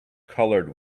colored